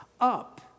up